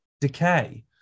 decay